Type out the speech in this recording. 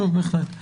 חשוב בהחלט.